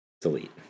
delete